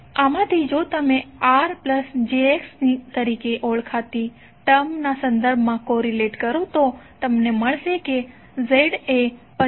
આમાંથી જો તમે R jX તરીકે ઓળખાતી ટર્મના સંદર્ભમાં કોરીલેટ કરો તો તમને મળશે કે Z એ 25